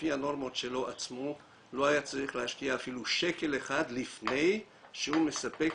לפי הנורמות שלו עצמו לא היה צריך להשקיע אפילו שקל אחד לפני שהוא מספק